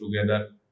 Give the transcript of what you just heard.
together